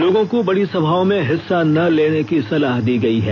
लोगों को बड़ी सभाओं में हिस्सा न लेने की सलाह दी गई है